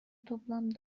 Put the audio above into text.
toplam